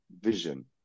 vision